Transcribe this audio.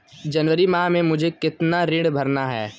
जनवरी माह में मुझे कितना ऋण भरना है?